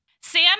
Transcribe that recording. Sam